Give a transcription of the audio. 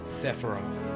Sephiroth